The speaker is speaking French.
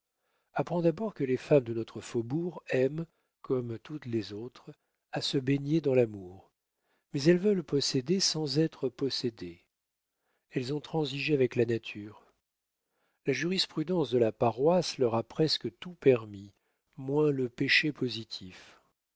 apprends d'abord que les femmes de notre faubourg aiment comme toutes les autres à se baigner dans l'amour mais elles veulent posséder sans être possédées elles ont transigé avec la nature la jurisprudence de la paroisse leur a presque tout permis moins le péché positif